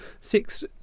six